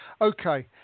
Okay